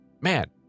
man